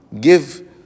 give